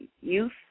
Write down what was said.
youth